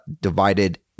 divided